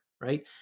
right